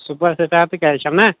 super star تہٕ calcium نا